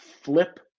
flip